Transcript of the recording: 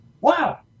Wow